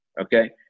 Okay